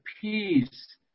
peace